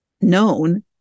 known